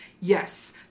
yes